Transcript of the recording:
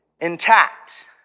intact